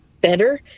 better